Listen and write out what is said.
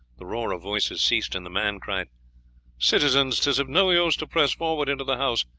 the roar of voices ceased and the man cried citizens, tis of no use to press forward into the house,